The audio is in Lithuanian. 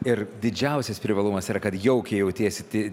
ir didžiausias privalumas yra kad jaukiai jautiesi ti